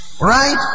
Right